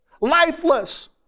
lifeless